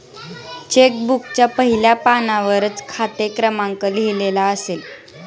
check बुकच्या पहिल्या पानावरच खाते क्रमांक लिहिलेला असेल